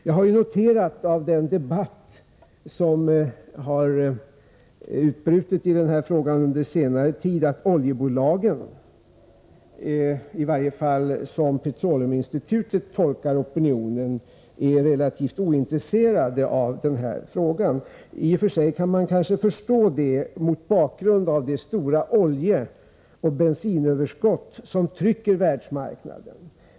Jag har i den debatt som har utbrutit i frågan under senare tid noterat att oljebolagen är relativt ointresserade av denna fråga. Petroleuminstitutet tycks anse att det saknas intresse för frågan hos opinionen. I och för sig kan man kanske förstå detta mot bakgrund av det stora oljeoch bensinöverskott som finns på världsmarknaden.